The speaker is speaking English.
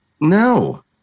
No